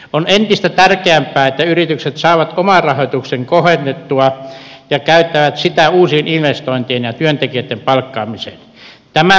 on entistä tärkeämpää että yritykset saavat omarahoituksen kohennettua ja käyttävät sitä uusiin investointeihin ja työntekijöitten palkkaamiseen